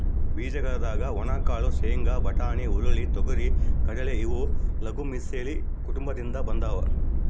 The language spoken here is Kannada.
ಬೀಜಗಳಾದ ಒಣಕಾಳು ಶೇಂಗಾ, ಬಟಾಣಿ, ಹುರುಳಿ, ತೊಗರಿ,, ಕಡಲೆ ಇವು ಲೆಗುಮಿಲೇಸಿ ಕುಟುಂಬದಿಂದ ಬಂದಾವ